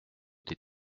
des